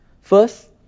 First